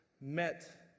met